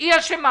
היא אשמה